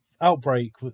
Outbreak